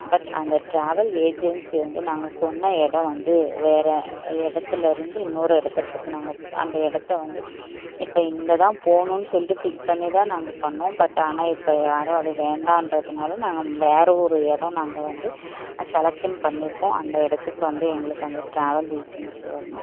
but அந்த travel agency வந்து நாங்கள் சொன்ன இடம் வந்து வேறு இடத்துலருந்து இன்னொரு இடத்துக்கு நாங்கள் அந்த இடத்த வந்து இப்போ இங்கே தான் போகணுன்னு சொல்லிட்டு ஃபிக்ஸ் பண்ணி தான் நாங்கள் பண்ணோம் பட் ஆனால் இப்போ யாரோ அதை வேண்டான்றத்துனால வேறு ஒரு இடம் நாங்கள் வந்து செலெக்ஷ்ன் பண்ணியிருக்கோம் அந்த இடத்துக்கு வந்து எங்களுக்கு அந்த டிராவல் ஏஜென்ஸி வரணும்